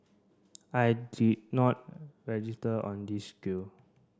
I did not register on this skill